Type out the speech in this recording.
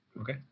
Okay